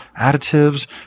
additives